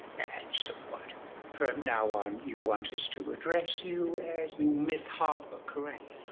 so what from now on you want us to address you as ms. harper. correct.